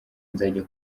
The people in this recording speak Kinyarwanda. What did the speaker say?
nzajya